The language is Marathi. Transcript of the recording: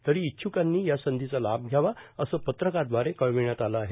तरी ईच्छुकांनी या संधीचा लाभ घ्यावा असं पत्रकाद्वारे कळविण्यात आलं आहे